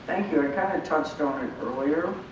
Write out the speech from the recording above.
thank you, i kind of touched on it earlier.